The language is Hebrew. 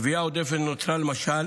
הגבייה העודפת נוצרת למשל